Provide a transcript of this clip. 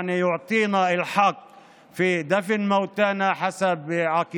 ויחכה לסיומו של החופש כדי שהעבודה